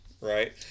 right